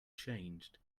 changed